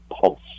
*Pulse*